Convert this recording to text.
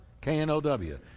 K-N-O-W